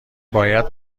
باید